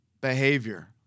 behavior